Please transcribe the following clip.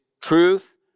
truth